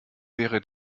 wäre